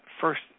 first